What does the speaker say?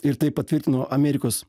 ir tai patvirtino amerikos